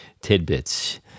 tidbits